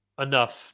enough